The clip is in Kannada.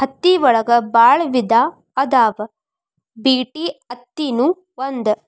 ಹತ್ತಿ ಒಳಗ ಬಾಳ ವಿಧಾ ಅದಾವ ಬಿಟಿ ಅತ್ತಿ ನು ಒಂದ